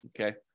Okay